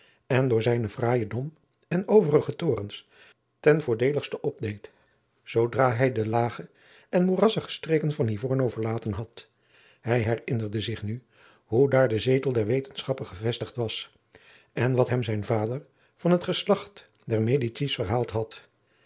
en door zijnen fraaijen dom en overige torens ten voordeeligste opdeed zoodra hij de lage en moerassige streken van livorno verlaten had hij herinnerde zich nu hoe daar de zetel der wetenschappen gevestigd was en wat hem zijn vader van het geslacht der medicis verhaald had